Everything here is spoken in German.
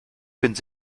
können